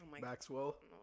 Maxwell